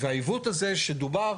והעיוות הזה שדובר,